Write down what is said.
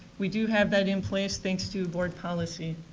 we do have that in place tahnks to board policy.